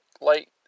light